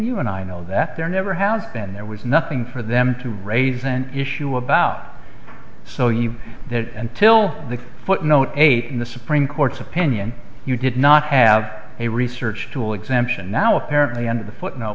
you and i know that there never has been there was nothing for them to raise an issue about so you had until the footnote eighteen the supreme court's opinion you did not have a research tool exemption now apparently under the footno